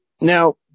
now